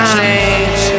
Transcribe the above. change